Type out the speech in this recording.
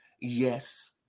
Yes